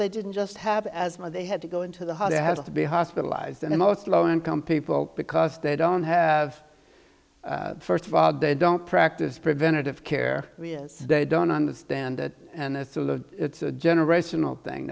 they didn't just have asthma they had to go into the heart it had to be hospitalized and most low income people because they don't have first of all they don't practice preventative care they don't understand that it's a generational thing